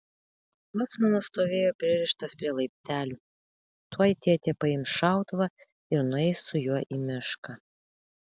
bocmanas stovėjo pririštas prie laiptelių tuoj tėtė paims šautuvą ir nueis su juo į mišką